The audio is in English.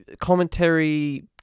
commentary